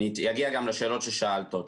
אגיע גם לשאלות ששאלת אותי.